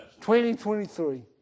2023